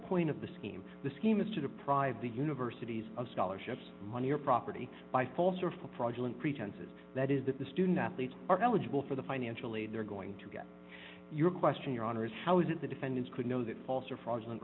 point of the scheme the scheme is to deprive the universities of scholarships money or property by false or full projects and pretenses that is that the student athletes are eligible for the financial aid they're going to get your question your honor is how is it the defendants could know that false or fraudulent